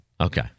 Okay